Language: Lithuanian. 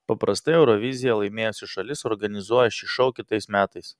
paprastai euroviziją laimėjusi šalis organizuoja šį šou kitais metais